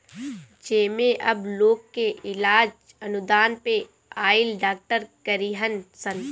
जेमे अब लोग के इलाज अनुदान पे आइल डॉक्टर करीहन सन